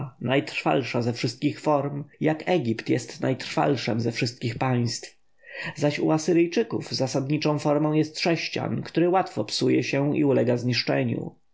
najtrwalsza ze wszystkich form jak egipt jest najtrwalszem ze wszystkich państw zaś u asyryjczyków zasadniczą formą jest sześcian który łatwo psuje się i ulega zniszczeniu